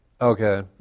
Okay